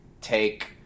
take